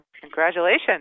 Congratulations